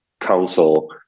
Council